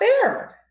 fair